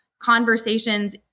conversations